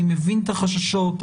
אני מבין את החששות,